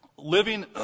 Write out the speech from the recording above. living